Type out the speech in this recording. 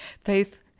Faith